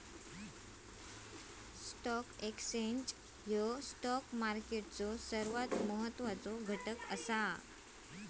stock exchange ह्यो stock मार्केटचो सर्वात महत्वाचो घटक असा